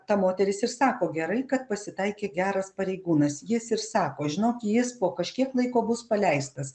ta moteris ir sako gerai kad pasitaikė geras pareigūnas jis ir sako žinok jis po kažkiek laiko bus paleistas